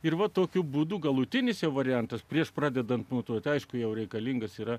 ir va tokiu būdu galutinis variantas prieš pradedant būtų aišku jau reikalingas yra